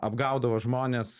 apgaudavo žmones